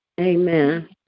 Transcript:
Amen